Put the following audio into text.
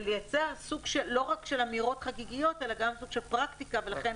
ולייצר לא רק סוג של אמירות חגיגיות אלא גם של פרקטיקה ולכן,